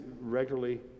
regularly